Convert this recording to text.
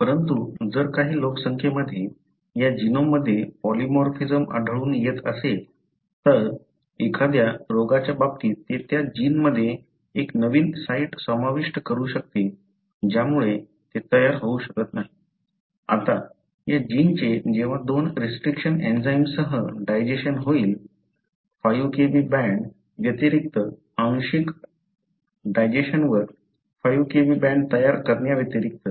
परंतु जर काही लोकसंख्येमध्ये या जीनमध्ये पॉलीमॉर्फिझम आढळून येत असेल तर एखाद्या रोगाच्या बाबतीत ते त्या जीनमध्ये एक नवीन साइट समाविष्ट करू शकते ज्यामुळे ते तयार होऊ शकत नाही आता या जीनचे जेव्हा दोन रिस्ट्रिक्शन एन्झाईम्ससह डायजेशन होईल 5 Kb बँड व्यतिरिक्त आंशिक डायजेस्टवर 5 Kb बँड तयार करण्याव्यतिरिक्त